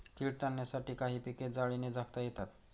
कीड टाळण्यासाठी काही पिके जाळीने झाकता येतात